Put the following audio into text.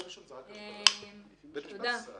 תודה.